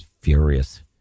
furious